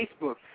Facebook